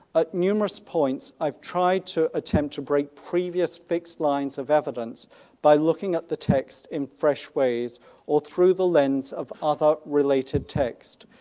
ah numerous points, i've tried to attempt to break previous fixed lines of evidence by looking at the text in fresh ways or through the lens of other related text,